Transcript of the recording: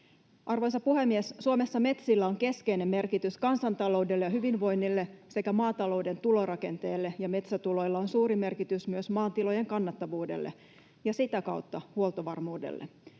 Arvoisa puhemies! Suomessa metsillä on keskeinen merkitys kansantaloudelle ja hyvinvoinnille sekä maatalouden tulorakenteelle. Ja metsätuloilla on suuri merkitys myös maatilojen kannattavuudelle ja sitä kautta huoltovarmuudelle.